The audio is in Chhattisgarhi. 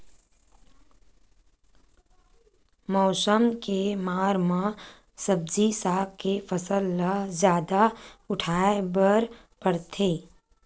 मउसम के मार म सब्जी साग के फसल ल जादा उठाए बर परथे